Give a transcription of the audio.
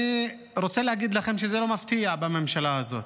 אני רוצה להגיד לכם שזה לא מפתיע בממשלה הזאת.